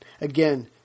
again